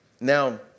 Now